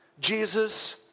Jesus